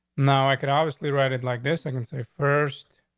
no, i could obviously write it like this. i can say first,